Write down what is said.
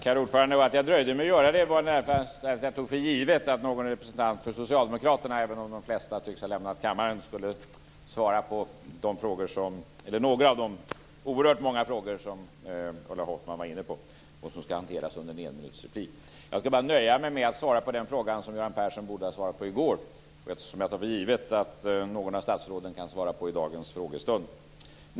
Herr talman! Att jag dröjde med att begära replik beror närmast på att jag tog för givet att någon representant för Socialdemokraterna, även om de flesta av dessa nu tycks ha lämnat kammaren, skulle svara på några av de oerhört många frågor som Ulla Hoffmann var inne på - och som skall hanteras under en replik på en minut. Jag skall bara nöja mig med att svara på den fråga som Göran Persson borde ha svarat på i går och som jag tar för givet att något av statsråden kan svara på i dagens frågestund.